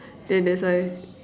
then that's why